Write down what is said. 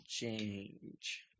Change